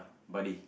buddy